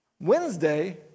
Wednesday